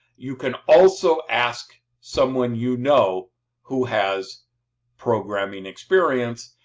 you can also ask someone you know who has programming experience,